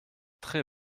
très